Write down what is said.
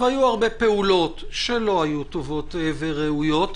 והיו הרבה פעולות שלא היו טובות וראויות.